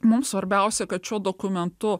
mums svarbiausia kad šiuo dokumentu